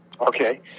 Okay